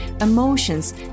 emotions